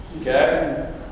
Okay